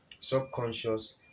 subconscious